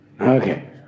Okay